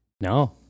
no